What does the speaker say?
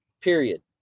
period